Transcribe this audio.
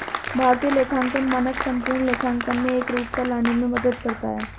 भारतीय लेखांकन मानक संपूर्ण लेखांकन में एकरूपता लाने में मदद करता है